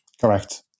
Correct